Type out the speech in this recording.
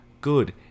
good